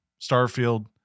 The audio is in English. Starfield